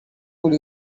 would